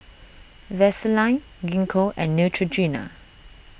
Vaselin Gingko and Neutrogena